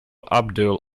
abdul